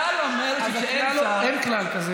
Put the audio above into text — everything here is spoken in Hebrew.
יהודה,